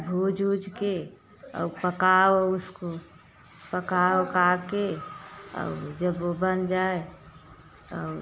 भून ऊज के और पकाओ उसको पका ओका के और जब वो बन जाए और